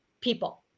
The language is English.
people